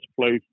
place